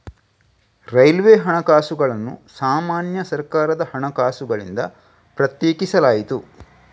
railway ಹಣಕಾಸುಗಳನ್ನು ಸಾಮಾನ್ಯ ಸರ್ಕಾರದ ಹಣಕಾಸುಗಳಿಂದ ಪ್ರತ್ಯೇಕಿಸಲಾಯಿತು